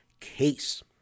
Case